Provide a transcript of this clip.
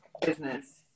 Business